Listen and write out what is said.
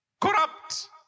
corrupt